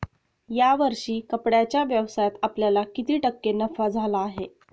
या वर्षी कपड्याच्या व्यवसायात आपल्याला किती टक्के नफा झाला आहे?